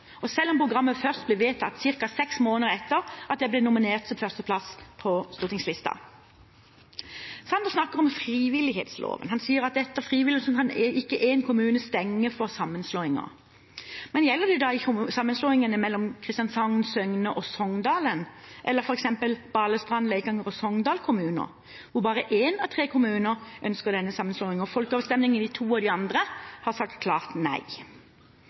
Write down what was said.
og selv om programmet først ble vedtatt ca. seks måneder etter at jeg ble nominert til førsteplass på stortingslisten. Statsråd Sanner snakker om frivillighetsloven. Han sier at etter frivillighetsloven kan ikke en kommune stenge for sammenslåinger. Men gjelder det da sammenslåingene mellom Kristiansand, Søgne og Songdalen, eller f.eks. Balestrand, Leikanger og Sogndal kommuner, hvor bare én av tre kommuner ønsker denne sammenslåingen? Folkeavstemningen i to av de andre har sagt klart nei.